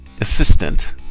assistant